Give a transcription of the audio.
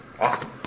Awesome